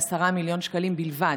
נאמד ב-10 מיליון שקלים בלבד.